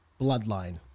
Bloodline